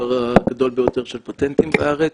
המספר הגדול ביותר של פטנטים בארץ,